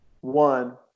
One